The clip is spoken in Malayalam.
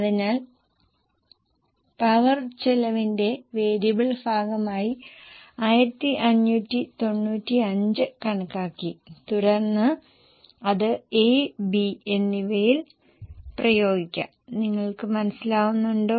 അതിനാൽ പവർ ചെലവിന്റെ വേരിയബിൾ ഭാഗമായി 1595 കണക്കാക്കി തുടർന്ന് അത് A B എന്നിവയിൽ പ്രയോഗിക്കാം നിങ്ങൾക്ക് മനസിലാകുന്നുണ്ടോ